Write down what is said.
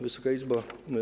Wysoka Izbo!